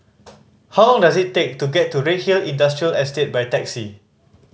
how long does it take to get to Redhill Industrial Estate by taxi